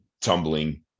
tumbling